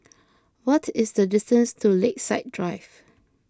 what is the distance to Lakeside Drive